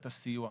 את הסיוע.